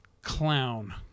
Clown